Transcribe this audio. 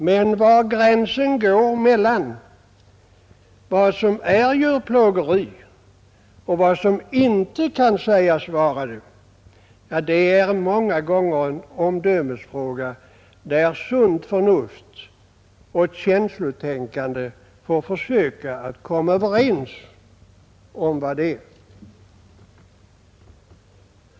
Men var gränsen går mellan vad som är djurplågeri och vad som inte kan sägas vara det — ja, det är många gånger en omdömesfråga där sunt förnuft och känslotänkande får försöka komma överens.